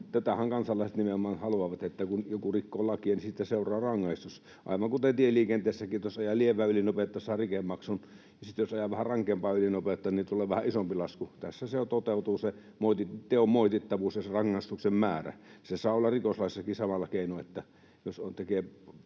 Tätähän kansalaiset nimenomaan haluavat, että kun joku rikkoo lakia, niin siitä seuraa rangaistus — aivan kuten tieliikenteessäkin, että jos ajaa lievää ylinopeutta, saa rikemaksun, ja sitten jos ajaa vähän rankempaa ylinopeutta, niin tulee vähän isompi lasku. Tässä toteutuu se teon moitittavuus ja rangaistuksen määrä. Se saa olla rikoslaissakin samalla keinoin, että jos joku tekee